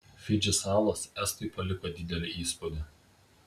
fidži salos estui paliko didelį įspūdį